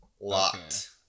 locked